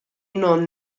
non